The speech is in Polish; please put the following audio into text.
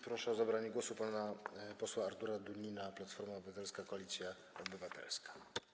Proszę o zabranie głosu pana posła Artura Dunina, Platforma Obywatelska - Koalicja Obywatelska.